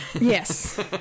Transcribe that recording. Yes